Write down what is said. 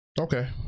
Okay